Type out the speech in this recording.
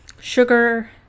sugar